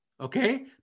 Okay